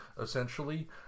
essentially